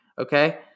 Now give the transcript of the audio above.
okay